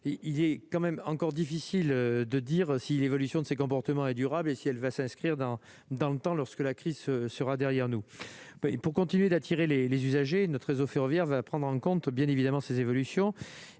il y a quand même encore difficile de dire si l'évolution de ces comportements et durable et si elle va s'inscrire dans dans le temps, lorsque la crise ce sera derrière nous et pour continuer d'attirer les les usagers notre réseau ferroviaire va prendre en compte bien évidemment ces évolutions